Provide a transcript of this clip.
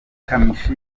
kamichi